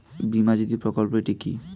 বীমা জ্যোতি প্রকল্পটি কি?